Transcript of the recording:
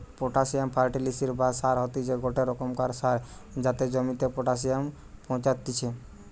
potassium ফার্টিলিসের বা সার হতিছে গটে রোকমকার সার যাতে জমিতে পটাসিয়াম পৌঁছাত্তিছে